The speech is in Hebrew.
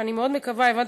ואני מאוד מקווה הבנתי,